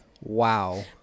Wow